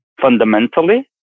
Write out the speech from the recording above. fundamentally